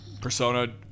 Persona